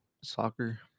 Soccer